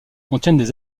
contiennent